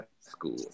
School